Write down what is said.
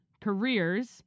careers